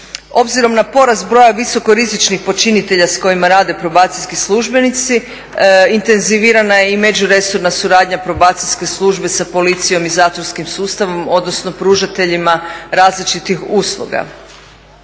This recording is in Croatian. Obzirom na porast broja visokorizičnih počinitelja s kojima rade probacijski službenici intenzivirana je i međuresorna suradnja Probacijske službe sa Policijom i zatvorskim sustavom, odnosno pružateljima različitih usluga.